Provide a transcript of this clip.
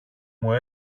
μου